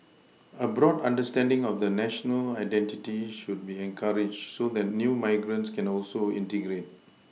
a broad understanding of the national identity should be encouraged so that new migrants can also integrate